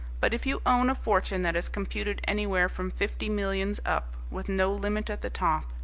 but if you own a fortune that is computed anywhere from fifty millions up, with no limit at the top,